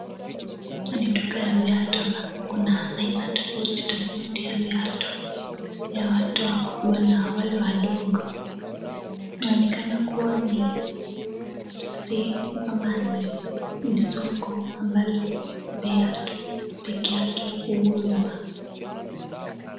hapa ni duka ya viatu ambapo kuna aina tofauti tofauti ya viatu ya watu wakubwa na wale wadogo inaonekana kua ni sehemu ama ni soko ambalo viatu peke yake uuzwa.